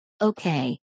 Okay